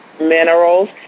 minerals